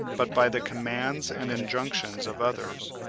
but by the commands and injunctions of others,